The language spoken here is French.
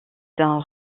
d’un